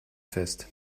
fest